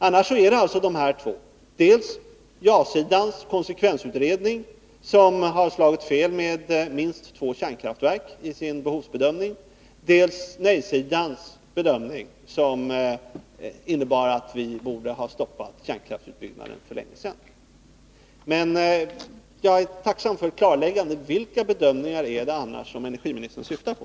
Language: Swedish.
Annars finns det som sagt två bedömningar — dels ja-sidans konsekvensutredning, som i sin behovsbedömning har slagit fel med minst två kärnkraftverk, dels nej-sidans bedömning, som innebar att vi borde ha stoppat kärnkraftsutbyggnaden för länge sedan. Jag vore tacksam för ett klarläggande: Vilka bedömningar är det annars som energiministern syftar på?